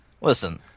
Listen